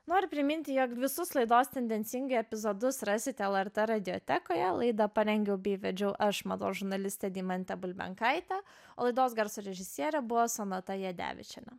nori priminti jog visus laidos tendencingai epizodus rasite lrt radiotekoje laida parengiau bei vedžiau aš mados žurnalistė deimantė bulbenkaitė laidos garso režisierė buvo sonata jadevičienė